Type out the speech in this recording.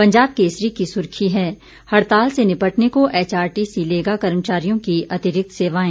पंजाब केसरी की सुर्खी है हड़ताल से निपटने को एचआरटीसी लेगा कर्मचारियों की अतिरिक्त सेवाएं